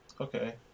Okay